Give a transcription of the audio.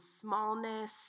smallness